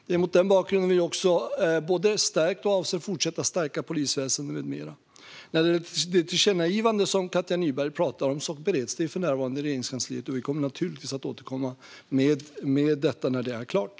Det är mot den bakgrunden vi både stärker och avser att fortsätta stärka polisväsen med mera. Det tillkännagivande som Katja Nyberg talar om bereds för närvarande i Regeringskansliet. Vi kommer naturligtvis att återkomma med detta när det är klart.